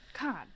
God